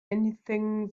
anything